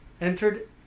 entered